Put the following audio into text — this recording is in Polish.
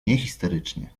niehisterycznie